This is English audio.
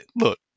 look